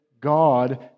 God